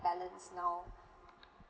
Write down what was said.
balance now